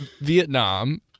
Vietnam